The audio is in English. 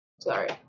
Sorry